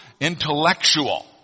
intellectual